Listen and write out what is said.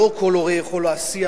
לא כל הורה יכול להסיע,